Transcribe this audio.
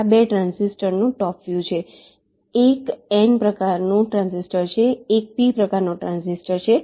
આ 2 ટ્રાંઝિસ્ટરનો top view છે એક એન પ્રકારનું ટ્રાન્ઝિસ્ટર છે એક પી પ્રકારનો ટ્રાંઝિસ્ટર છે